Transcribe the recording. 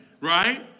Right